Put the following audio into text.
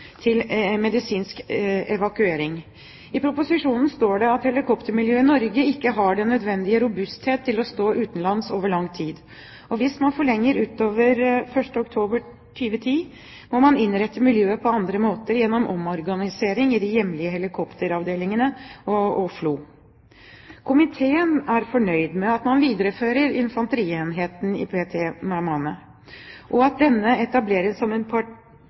til medisinsk evakuering. I proposisjonen står det at helikoptermiljøet i Norge ikke har den nødvendige robusthet til å stå utenlands over lang tid, og hvis man forlenger dette utover 1. oktober 2010, må man innrette miljøet på andre måter gjennom omorganisering av de hjemlige helikopteravdelingene og FLO. Komiteen er fornøyd med at man viderefører infanterienheten i PRT Meymaneh, og at denne etableres som en